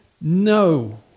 no